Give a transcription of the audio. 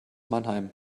mannheim